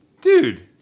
Dude